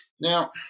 Now